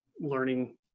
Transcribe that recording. learning